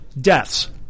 deaths